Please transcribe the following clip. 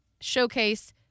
showcase